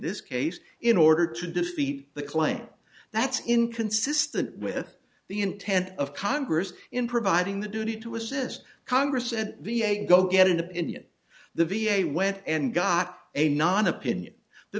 this case in order to defeat the claim that's inconsistent with the intent of congress in providing the duty to assist congress at v a go get an opinion the v a went and got a non opinion the